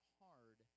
hard